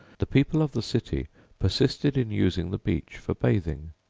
the people of the city persisted in using the beach for bathing.